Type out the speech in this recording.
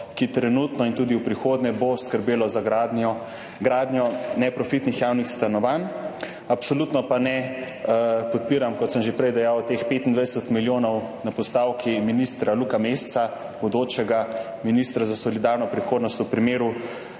ki trenutno in bo tudi v prihodnje skrbelo za gradnjo neprofitnih javnih stanovanj. Absolutno pa ne podpiram, kot sem že prej dejal, teh 25 milijonov na postavki ministra Luka Mesca, bodočega ministra za solidarno prihodnost v primeru,